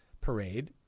parade